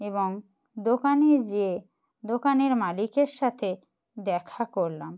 এবং দোকানে যেয়ে দোকানের মালিকের সাথে দেখা করলাম